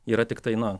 yra tiktai na